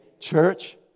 church